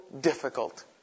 difficult